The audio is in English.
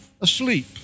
asleep